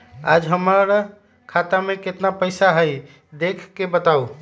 आज हमरा खाता में केतना पैसा हई देख के बताउ?